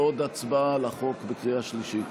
ועוד הצבעה על החוק בקריאה שלישית.